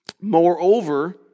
Moreover